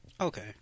Okay